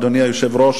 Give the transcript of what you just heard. אדוני היושב-ראש,